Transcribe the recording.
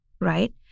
right